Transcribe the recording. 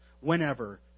whenever